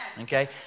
Okay